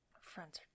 friends